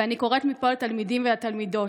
ואני קוראת מפה לתלמידים ולתלמידות,